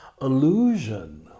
illusion